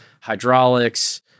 hydraulics